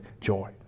joy